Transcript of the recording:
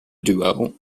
duo